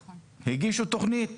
הם הגישו תוכנית